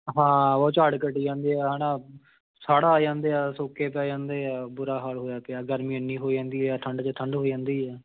ਹਾਂ ਉਹ ਝਾੜ ਘਟੀ ਜਾਂਦੇ ਆ ਹੈ ਨਾ ਹੜ੍ਹ ਆ ਜਾਂਦੇ ਆ ਸੋਕੇ ਪੈ ਜਾਂਦੇ ਆ ਬੁਰਾ ਹਾਲ ਹੋਇਆ ਪਿਆ ਗਰਮੀ ਇੰਨੀ ਹੋ ਜਾਂਦੀ ਹੈ ਠੰਡ 'ਚ ਠੰਡ ਹੋ ਜਾਂਦੀ ਹੈ